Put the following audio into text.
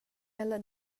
ella